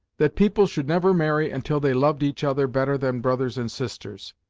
that people should never marry until they loved each other better than brothers and sisters,